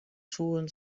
soene